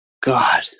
god